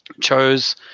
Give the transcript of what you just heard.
chose